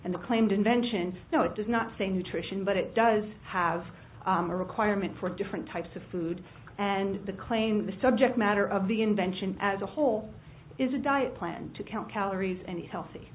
the claimed invention now it does not say nutrition but it does have a requirement for different types of food and the claim the subject matter of the invention as a whole is a diet plan to count calories and eat healthy